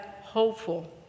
hopeful